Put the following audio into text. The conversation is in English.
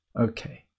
okay